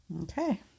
Okay